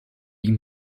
ihm